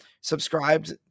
subscribed